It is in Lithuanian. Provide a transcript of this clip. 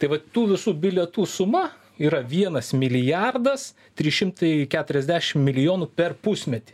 tai vat tų visų bilietų suma yra vienas milijardas trys šimtai keturiasdešim milijonų per pusmetį